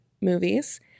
movies